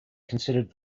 considered